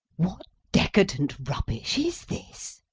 what decadent rubbish is this?